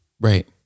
Right